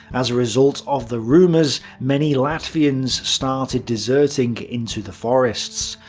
as a result of the rumours, many latvians started deserting into the forests.